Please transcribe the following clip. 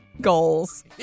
Goals